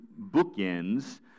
bookends